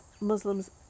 Muslims